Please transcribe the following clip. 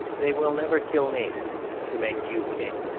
they will never kill me to make you king.